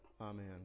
Amen